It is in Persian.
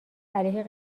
علیه